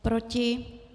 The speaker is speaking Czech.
Proti?